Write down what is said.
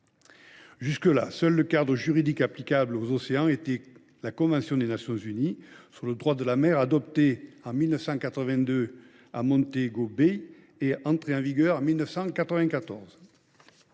Jusque là, le seul cadre juridique applicable aux océans était la convention des Nations unies sur le droit de la mer adoptée en 1982 à Montego Bay et entrée en vigueur en 1994.